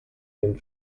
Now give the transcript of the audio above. den